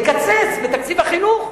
לקצץ בתקציב החינוך.